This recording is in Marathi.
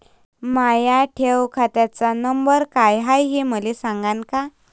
माया ठेव खात्याचा नंबर काय हाय हे मले सांगान का?